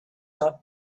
not